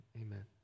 amen